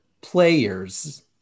players